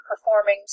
performing